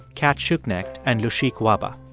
cat schuknecht and lushik wahba.